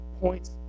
points